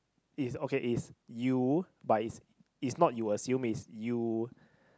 it's okay it's you but it's it's not you assume it's you